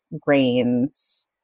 grains